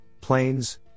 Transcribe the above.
planes